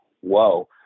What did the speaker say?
whoa